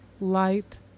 light